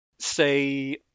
Say